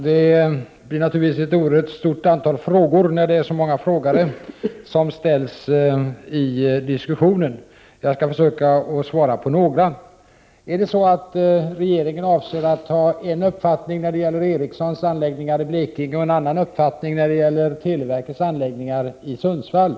Herr talman! Det ställs naturligtvis ett stort antal frågor i diskussionen när det är så många frågeställare. Jag skall försöka att svara på några av dem. Har regeringen en uppfattning när det gäller Ericssons anläggningar i Blekinge och en annan när det gäller televerkets anläggningar i Sundsvall?